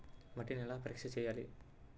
మట్టిని ఎలా పరీక్ష చేయాలి?